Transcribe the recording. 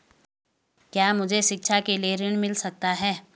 क्या मुझे शिक्षा के लिए ऋण मिल सकता है?